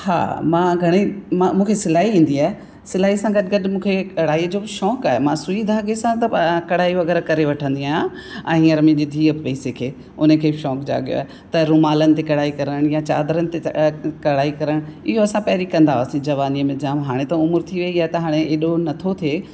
हा मां घणेई मां मूंखे सिलाई ईंदी आहे सिलाई सां गॾु गॾु मूंखे कढ़ाई जो बि शौक़ु आहे मां सुई धाॻे सां त कढ़ाई वग़ैरह करे वठंदी आहियां ऐं हींअर मुंहिंजी धीअ बि पेई सिखे हुनखे बि शौक़ु जाॻियो आहे त रुमालनि ते कढ़ाई करण या चादरनि ते कढ़ाई करण इहो असां पहिरीं कंदा हुआसीं जवानी में जाम हाणे त उमिरि थी वेई आहे त हाणे हेॾो नथो थिए